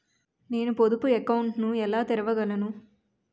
నేను పొదుపు అకౌంట్ను ఎలా తెరవగలను?